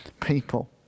people